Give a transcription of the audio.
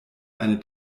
eine